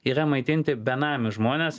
yra maitinti benamius žmones